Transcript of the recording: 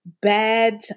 bad